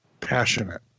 passionate